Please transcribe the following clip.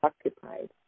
occupied